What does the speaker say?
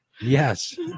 yes